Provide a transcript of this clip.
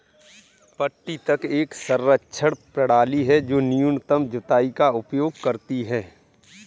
पट्टी तक एक संरक्षण प्रणाली है जो न्यूनतम जुताई का उपयोग करती है